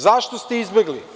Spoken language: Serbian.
Zašto ste izbegli?